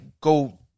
go